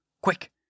Quick